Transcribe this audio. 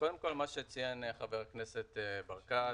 מה שציין חבר הכנסת ברקת,